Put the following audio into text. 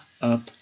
up